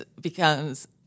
becomes